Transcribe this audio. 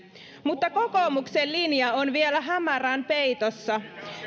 mutta kokoomuksen linja on vielä hämärän peitossa hyppy